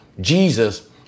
Jesus